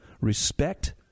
respect